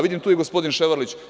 Vidim, tu je i gospodin Ševarlić.